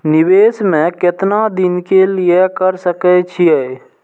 निवेश में केतना दिन के लिए कर सके छीय?